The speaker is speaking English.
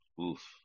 Oof